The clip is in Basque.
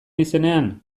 izenean